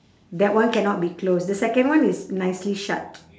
that one cannot be closed the second one is nicely shut